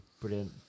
brilliant